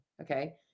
Okay